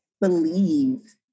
believe